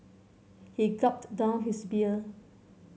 he gulped down his beer